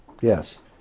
yes